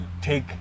take